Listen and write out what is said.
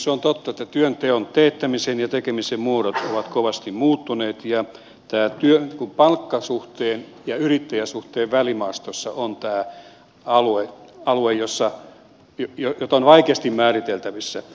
se on totta että työn teettämisen ja tekemisen muodot ovat kovasti muuttuneet ja palkkasuhteen ja yrittäjäsuhteen välimaastossa on tämä alue joka on vaikeasti määriteltävissä